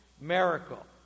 miracle